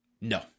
No